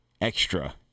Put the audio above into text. extra